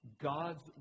God's